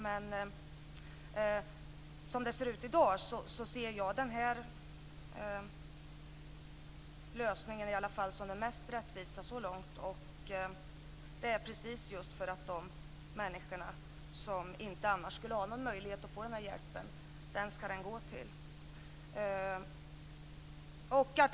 Men som det ser ut i dag ser jag i alla fall den här lösningen som den mest rättvisa så långt, just därför att de människor som annars inte skulle ha någon möjlighet att få den här hjälpen skall få det.